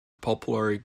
popular